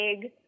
big